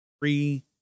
three